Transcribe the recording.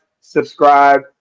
subscribe